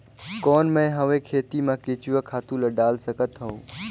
कौन मैं हवे खेती मा केचुआ खातु ला डाल सकत हवो?